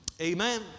Amen